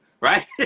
right